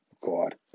God